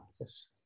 Yes